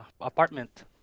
apartment